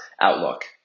outlook